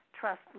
trust